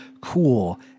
cool